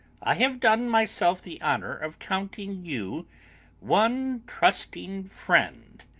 i have done myself the honour of counting you one trusting friend,